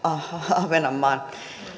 ahvenanmaan